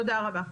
תודה רבה.